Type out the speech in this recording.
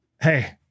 Hey